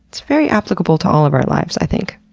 it's very applicable to all of our lives, i think.